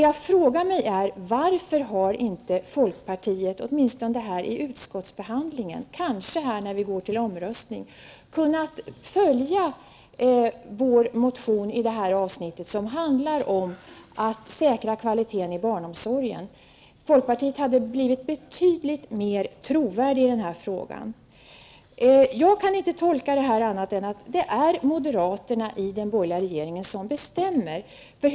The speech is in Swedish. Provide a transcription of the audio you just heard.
Jag undrar varför folkpartiet inte har -- åtminstone under utskottsbehandlingen eller kanske när vi går till omröstning -- kunnat ansluta sig till vår motion i det avsnitt som handlar om att säkra kvaliteten i barnomsorgen. Folkpartiet hade då blivit betydligt mer trovärdigt i den här frågan. Jag kan inte tolka detta annat än som att det är moderaterna i den borgerliga regeringen som bestämmer.